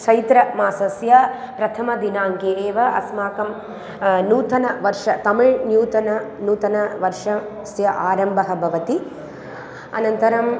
चैत्रमासस्य प्रथमदिनाङ्के एव अस्माकं नूतनवर्षः तमिळ्नूतन नूतन वर्षस्य आरम्भः भवति अनन्तरम्